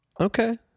Okay